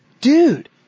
Dude